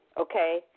okay